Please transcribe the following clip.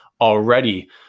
already